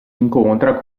incontra